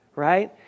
right